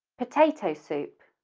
potato soup,